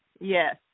Yes